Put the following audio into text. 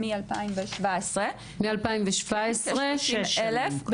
מ-2017, 6,000 בערך.